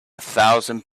thousand